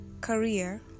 career